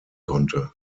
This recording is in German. konnte